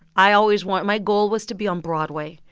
i always want my goal was to be on broadway.